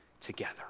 together